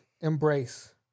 embrace